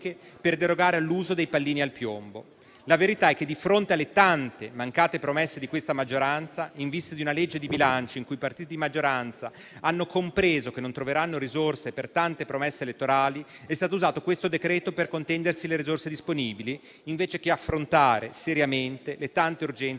per derogare all'uso dei pallini al piombo? La verità è che, di fronte alle tante mancate promesse di questa maggioranza, in vista di una legge di bilancio in cui i partiti di maggioranza hanno compreso che non troveranno risorse per tante promesse elettorali, è stato usato il decreto-legge in esame per contendersi i fondi disponibili, invece che per affrontare seriamente le tante urgenze